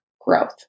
growth